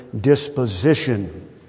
disposition